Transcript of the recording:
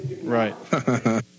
Right